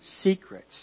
secrets